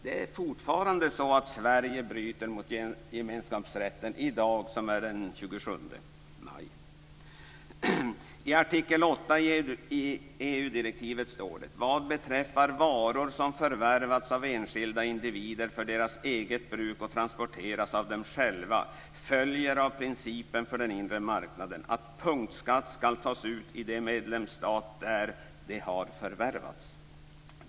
Det är fortfarande så att Sverige bryter mot gemenskapsrätten i dag, den I artikel 8 i EU-direktivet står det: "Vad beträffar varor som förvärvats av enskilda individer för deras eget bruk och transporteras av dem själva följer av principen för den inre marknaden att punktskatt skall tas ut i den medlemsstat där de har förvärvats."